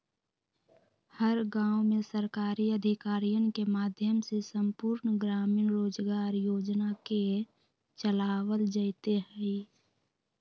हर गांव में सरकारी अधिकारियन के माध्यम से संपूर्ण ग्रामीण रोजगार योजना के चलावल जयते हई